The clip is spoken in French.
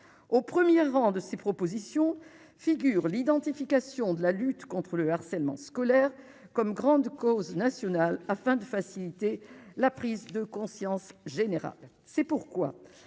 au 1er rang de ces propositions figurent l'identification de la lutte contre le harcèlement scolaire comme grande cause nationale, afin de faciliter la prise de conscience générale,